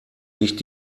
nicht